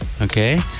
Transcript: Okay